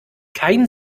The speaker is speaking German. kein